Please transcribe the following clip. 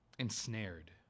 ensnared